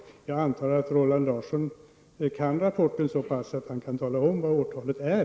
Jag antar att Roland Larsson känner till rapporten så pass väl att han kan tala om vilket årtal det är.